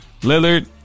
Lillard